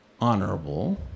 honorable